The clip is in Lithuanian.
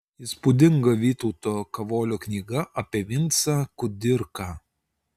įspūdinga vytauto kavolio knyga apie vincą kudirką